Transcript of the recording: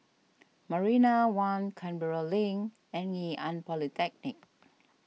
Marina one Canberra Link and Ngee Ann Polytechnic